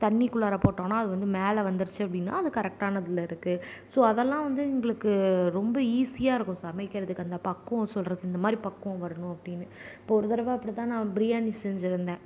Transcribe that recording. தண்ணிக்குள்ளார போட்டோம்னா அது வந்து மேலே வந்துடுச்சு அப்படின்னா அது கரெக்டான இதில் இருக்குது ஸோ அதல்லான் வந்து எங்களுக்கு ரொம்ப ஈசியாக இருக்கும் சமைக்கிறதுக்கு அந்த பக்குவம் சொல்கிறது இந்தமாதிரி பக்குவம் வரணும் அப்படின்னு இப்போ ஒரு தடவை அப்படிதான் நான் பிரியாணி செஞ்சிருந்தேன்